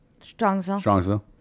strongsville